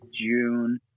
june